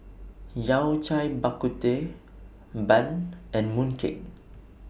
Yao Cai Bak Kut Teh Bun and Mooncake